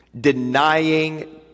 denying